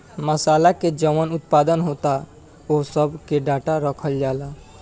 मासाला के जवन उत्पादन होता ओह सब के डाटा रखल जाता